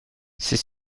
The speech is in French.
c’est